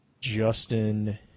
Justin